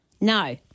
No